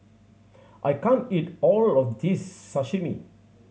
I can't eat all of this Sashimi